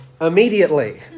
immediately